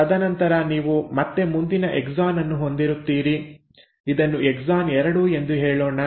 ತದನಂತರ ನೀವು ಮತ್ತೆ ಮುಂದಿನ ಎಕ್ಸಾನ್ ಅನ್ನು ಹೊಂದಿರುತ್ತೀರಿ ಇದನ್ನು ಎಕ್ಸಾನ್ 2 ಎಂದು ಹೇಳೋಣ